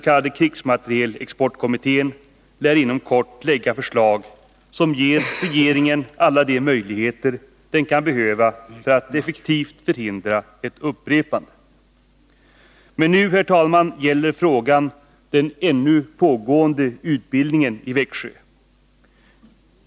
k. krigsmaterielexportkommittén lär inom kort lägga fram förslag som ger regeringen alla de möjligheter den kan behöva för att effektivt förhindra ett upprepande. Men nu, herr talman, gäller frågan den ännu pågående utbildningen i Växjö.